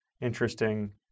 interesting